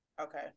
Okay